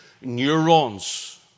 neurons